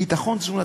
ביטחון תזונתי.